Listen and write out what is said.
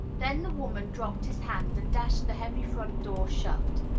then the woman dropped his hand, and dashed the heavy front door shut.